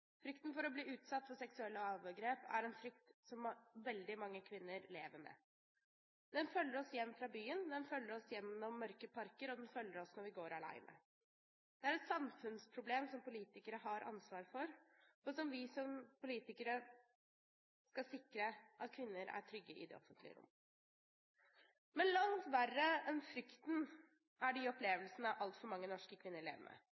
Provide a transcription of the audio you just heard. Frykten for å bli utsatt for seksuelle overgrep er en frykt som veldig mange kvinner lever med. Den følger oss på vei hjem fra byen, den følger oss gjennom mørke parker, og den følger oss når vi går alene. Det er et samfunnsproblem som politikere har ansvar for, og som politikere skal vi sikre at kvinner er trygge i det offentlige rom. Men langt verre enn frykten er de opplevelsene altfor mange norske kvinner lever med.